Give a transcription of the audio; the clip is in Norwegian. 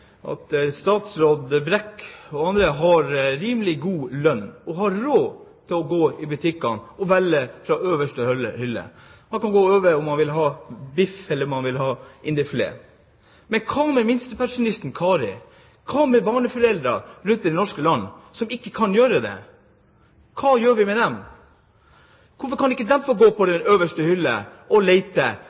statsråd Brekk og andre har rimelig god lønn og har råd til å gå i butikkene og velge fra øverste hylle. De kan velge om de vil ha biff, eller om de vil ha indrefilet. Men hva med minstepensjonisten Kari? Hva med barneforeldre rundt i det norske land som ikke kan gjøre det? Hva gjør vi med dem? Hvorfor kan ikke de få gå og lete på den øverste hylle etter den maten de vil, istedenfor å gå og